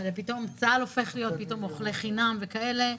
פתאום צה"ל הופך להיות אוכלי חינם וכאלה.